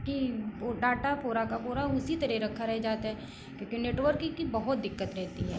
कि वो डाटा पूरा का पूरा उसी तरह रखा रहे जाता है क्योंकि नेटवर्क की बहुत दिक्कत रहती है